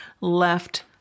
left